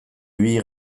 ibili